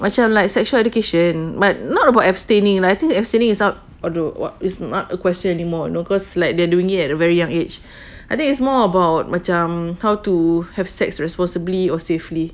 macam like sexual education but not about abstaining like I think that abstaining it~ not !aduh! what is not a question anymore you know cause like they're doing it at a very young age I think it's more about macam how to have sex responsibly or safely